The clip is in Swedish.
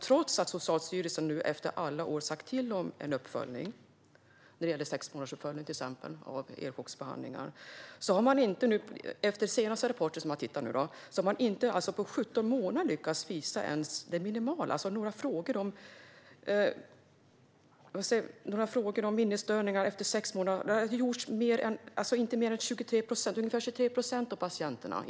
Trots att Socialstyrelsen i alla år har sagt till om uppföljningar - det gäller till exempel uppföljning av elchocksbehandlingar efter sex månader - görs det bara för 23 procent av patienterna.